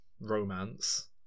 romance